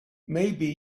maybe